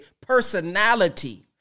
personality